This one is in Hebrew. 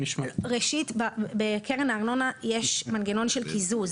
ראשית בקרן הארנונה יש מנגנון של קיזוז,